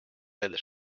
öeldes